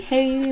Hey